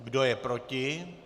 Kdo je proti?